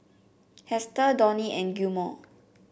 Hester Donnie and Gilmore